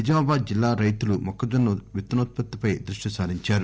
నిజామాబాద్ జిల్లా రైతులు మొక్కజొన్న విత్తనోత్పత్తి పై దృష్టి సారించారు